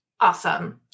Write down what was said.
Awesome